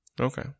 Okay